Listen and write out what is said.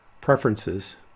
preferences